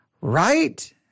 right